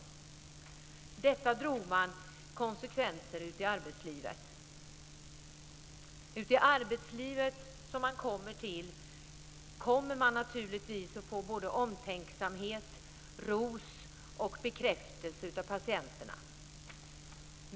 Från detta drog man konsekvenser ut i arbetslivet. Ute i arbetslivet kommer man naturligtvis att få omtänksamhet, ros och bekräftelser av patienterna.